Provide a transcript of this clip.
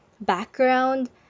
background